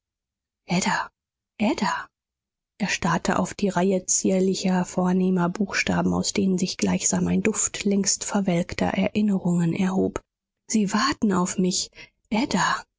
ada er starrte auf die reihe zierlicher vornehmer buchstaben aus denen sich gleichsam ein duft längst verwelkter erinnerungen erhob sie warten auf mich ada